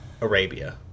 Arabia